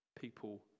people